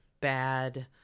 bad